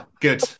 good